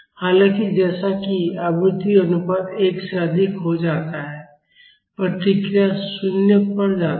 हालाँकि जैसा कि आवृत्ति अनुपात 1 से अधिक हो जाता है प्रतिक्रिया 0 पर जाती है